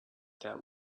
that